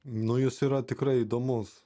nu jis yra tikrai įdomus